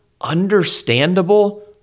understandable